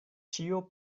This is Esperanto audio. ĉio